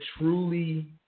truly